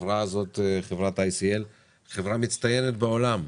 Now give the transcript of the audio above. חברת ICL היא חברה מצטיינת בעולם.